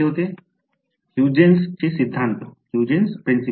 विद्यार्थीः ह्यूजेन्स सिद्धांत Huygens Principle